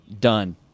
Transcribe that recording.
done